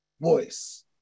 voice